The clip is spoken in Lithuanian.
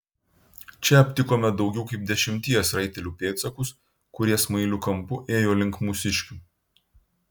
čia aptikome daugiau kaip dešimties raitelių pėdsakus kurie smailiu kampu ėjo link mūsiškių